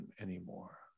anymore